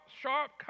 sharp